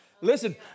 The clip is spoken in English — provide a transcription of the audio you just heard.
Listen